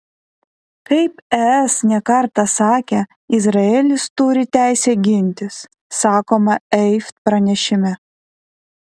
kaip es ne kartą sakė izraelis turi teisę gintis sakoma eivt pranešime